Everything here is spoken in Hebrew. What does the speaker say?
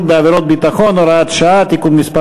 בעבירות ביטחון) (הוראת שעה) (תיקון מס'